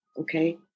Okay